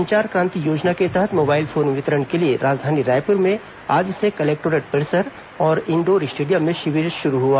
संचार क्रांति योजना के तहत मोबाइल फोन वितरण के लिए राजधानी रायपुर में आज से कलेक्टोरेट परिसर और इंडोर स्टेडियम में शिविर शुरू हुआ